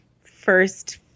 first